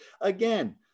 again